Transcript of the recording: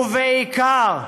ובעיקר,